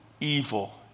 evil